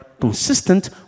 consistent